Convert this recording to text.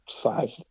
five